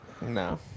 No